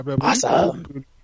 awesome